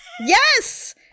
Yes